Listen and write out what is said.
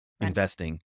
investing